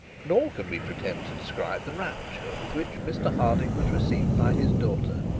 nor can we pretend to describe the rapture with which mr harding was received by his daughter.